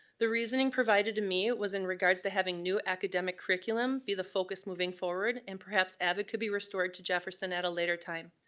the reasoning provided to me was in regards to having new academic curriculum be the focus moving forward, and perhaps avid could be restored to jefferson at a later time.